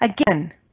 Again